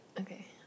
Okay